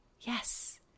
yes